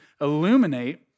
illuminate